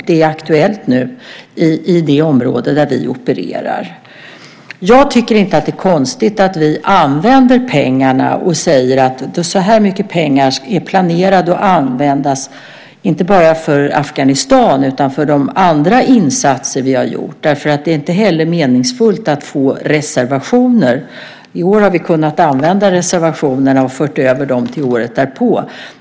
Det är aktuellt nu i det område där vi opererar. Jag tycker inte att det är konstigt att vi använder pengarna och talar om hur mycket pengar som är planerade att användas inte bara för Afghanistan utan också för våra andra insatser eftersom det inte heller är meningsfullt att få reservationer. I år har vi kunnat använda reservationerna och fört över dem till året därpå.